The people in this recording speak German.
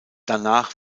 danach